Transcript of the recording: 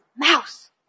Mouse